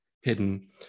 hidden